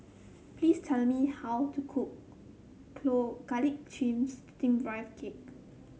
please tell me how to cook Garlic Chives Steamed Rice Cake